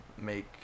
Make